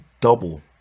double